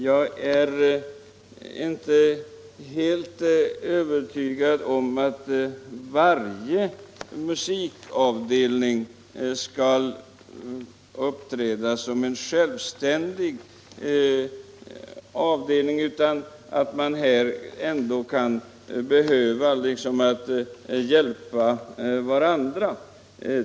Jag är därför inte helt övertygad om att varje musikavdelning skall uppträda som en självständig avdelning, utan man kan behöva hjälpa varandra.